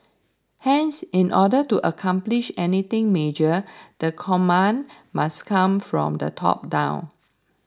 hence in order to accomplish anything major the command must come from the top down